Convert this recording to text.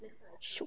should